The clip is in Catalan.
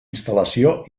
instal·lació